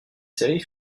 série